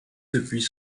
depuis